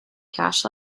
cash